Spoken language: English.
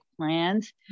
plans